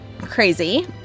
crazy